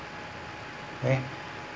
eh